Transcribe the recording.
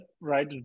right